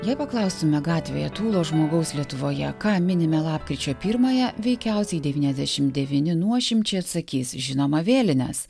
jei paklaustume gatvėje tūlo žmogaus lietuvoje ką minime lapkričio pirmąją veikiausiai devyniasdešim devyni nuošimčiai atsakys žinoma vėlines